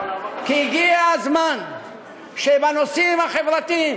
כי הגיע הזמן שבנושאים החברתיים,